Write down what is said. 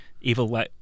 evil